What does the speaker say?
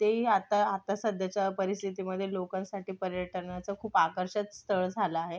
तेही आता आता सध्याच्या परिस्थितीमधे लोकांसाठी पर्यटनाचा खूप आकर्षक स्थळ झालं आहे